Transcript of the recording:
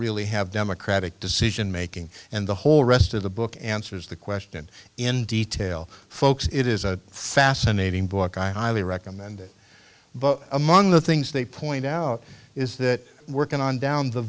really have democratic decision making and the whole rest of the book answers the question in detail folks it is a fascinating book i highly recommend it but among the things they point out is that working on down the